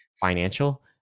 financial